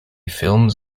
films